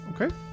Okay